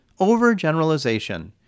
overgeneralization